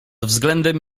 względem